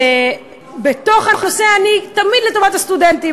בתוך הנושא אני תמיד לטובת הסטודנטים,